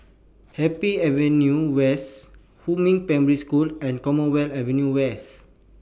Happy Avenue West Huamin Primary School and Commonwealth Avenue West